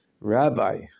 Rabbi